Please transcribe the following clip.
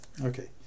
Okay